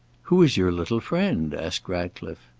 who is your little friend? asked ratcliffe.